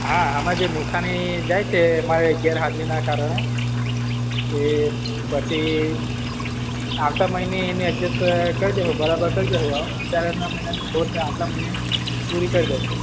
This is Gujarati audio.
હા આમાં જે નુકસાની જાય છે મારે ગેરહાજરીના કારણે એ પછી આવતા મહિને એને એડજસ કરી દેશું બરાબર કરી દેશું અત્યારે મહિનાની ખોટ તે આવતા મહિને પૂરી કરી દઈશું